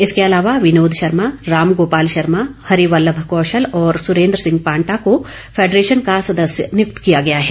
इसके अलावा विनोद शर्मा रामगोपाल शर्मा हरिवल्लभ कौशल और सुरेन्द्र सिंह पांटा को फैंडरेशन को सदस्य नियुक्त किया गया है